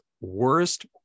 worst